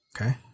Okay